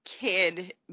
kid